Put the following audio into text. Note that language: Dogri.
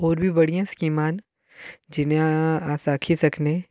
होर बी बड़ी स्कीमां हैन जि'यां अस आक्खी सकने